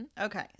Okay